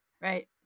right